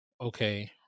Okay